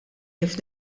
kif